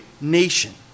nation